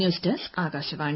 news desk Akashvani